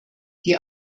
die